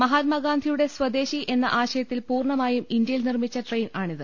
മഹാത്മാഗാന്ധിയുടെ സ്വദേശി എന്ന ആശയത്തിൽ പൂർണമായും ഇന്ത്യയിൽ നിർമ്മിച്ച ട്രെയിൻ ആണിത്